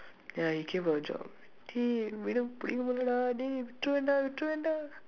ya he came for a job dey விட :vida dey விட்டுருவேன் டா விட்டுருவேன் டா:vitduruveen daa vitduruveen daa